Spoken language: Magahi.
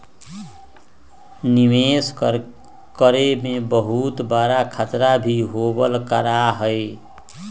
निवेश करे में बहुत बडा खतरा भी होबल करा हई